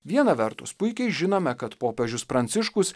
viena vertus puikiai žinome kad popiežius pranciškus